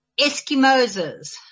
Eskimos